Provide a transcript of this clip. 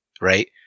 right